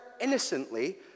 innocently